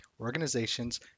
organizations